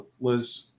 Liz